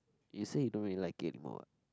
you say you don't really like it anymore what